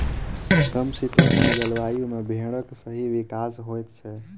समशीतोष्ण जलवायु मे भेंड़क सही विकास होइत छै